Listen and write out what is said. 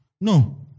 No